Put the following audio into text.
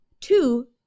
two